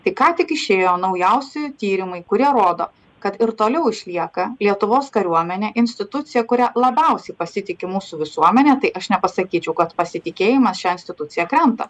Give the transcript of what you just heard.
tai ką tik išėjo naujausi tyrimai kurie rodo kad ir toliau išlieka lietuvos kariuomenė institucija kuria labiausiai pasitiki mūsų visuomenė tai aš nepasakyčiau kad pasitikėjimas šia institucija krenta